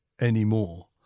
anymore